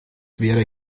wäre